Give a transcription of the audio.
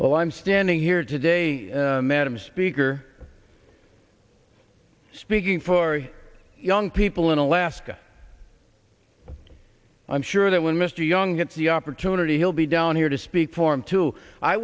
well i'm standing here today madam speaker speaking for young people in alaska i'm sure that when mr young gets the opportunity he'll be down here to speak for him too i